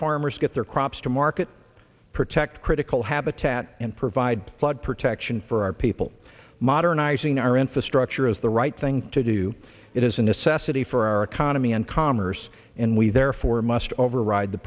farmers get their crops to market protect critical habitat and provide flood protection for our people modernizing our infrastructure is the right thing to do it is a necessity for our economy and commerce and we therefore must override the